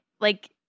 Like-